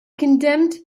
condemned